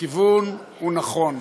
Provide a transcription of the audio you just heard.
הכיוון נכון.